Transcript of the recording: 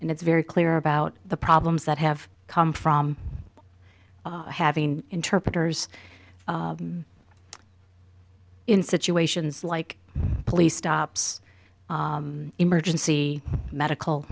and it's very clear about the problems that have come from having interpreters in situations like police stops emergency medical